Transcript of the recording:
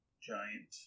Giant